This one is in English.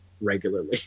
regularly